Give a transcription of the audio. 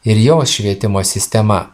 ir jos švietimo sistema